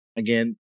again